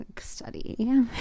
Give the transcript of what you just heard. Study